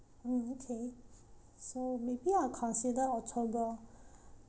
mm okay so maybe I'll consider october oh